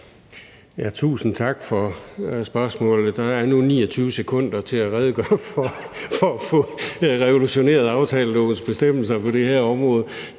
Tusind tak for spørgsmålet. Der er nu 29 sekunder til at redegøre for, hvordan vi kan få revolutioneret aftalelovens bestemmelser på det her område.